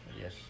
Yes